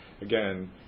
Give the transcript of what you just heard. again